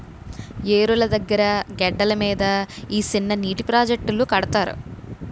ఏరుల దగ్గిర గెడ్డల మీద ఈ సిన్ననీటి ప్రాజెట్టులను కడతారు